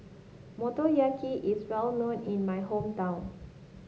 motoyaki is well known in my hometown